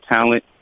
talent